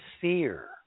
fear